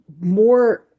more